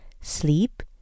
sleep